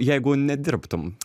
jeigu nedirbtum